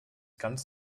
ganz